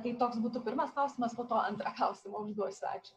tai toks būtų pirmas klausimas po to antrą klausimą užduosiu ačiū